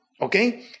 Okay